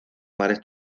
mares